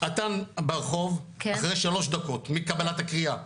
אט"ן ברחוב אחרי שלוש דקות מקבלת הקריאה,